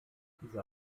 dieser